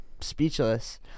speechless